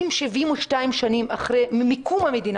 אם 72 שנים אחרי קום המדינה,